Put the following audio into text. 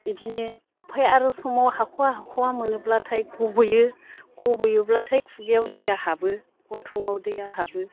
बिदिनो ओमफ्राय आरो समाव हाख'वा हाख'वा मोनोब्लाथाय गब'यो गब'योब्लाथाय खुगायाव दैया हाबो गन्थङाव दैया हाबो